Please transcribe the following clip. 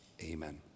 amen